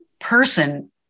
person